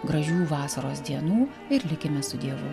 gražių vasaros dienų ir likime su dievu